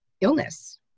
illness